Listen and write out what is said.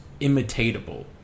imitatable